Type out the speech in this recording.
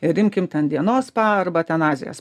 ir imkime ten dienos spa arba ten azijos